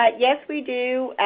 ah yes, we do.